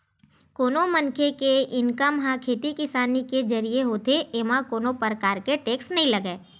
कोनो मनखे के इनकम ह खेती किसानी के जरिए होथे एमा कोनो परकार के टेक्स नइ लगय